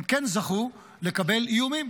הם כן זכו לקבל איומים.